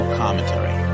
commentary